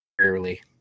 rarely